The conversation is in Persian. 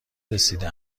رسیده